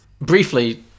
briefly